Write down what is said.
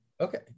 Okay